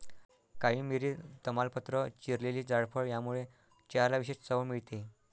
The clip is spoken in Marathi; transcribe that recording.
काळी मिरी, तमालपत्र, चिरलेली जायफळ यामुळे चहाला विशेष चव मिळते